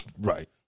Right